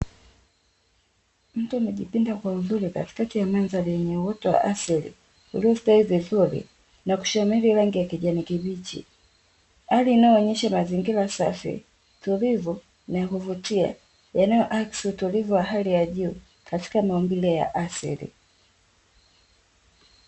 Mto umejipinda kwa uzuri katikati ya mandhari ya asili uliostawi vizuri na kushamiri rangi ya kijani kibichi, hali inayoonyesha mazingira safi, tulivu na yakuvutia yanayoakisi utulivu wa hali ya juu katika maumbile ya asili.